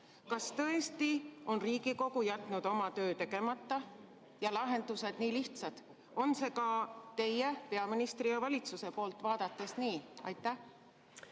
Kas tõesti on Riigikogu jätnud oma töö tegemata ja lahendused on nii lihtsad? On see ka teie, peaministri, ja valitsuse poolt vaadates nii? Austatud